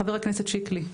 חבר הכנסת שיקלי,